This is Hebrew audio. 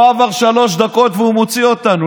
לא עברו שלוש דקות והוא מוציא אותנו.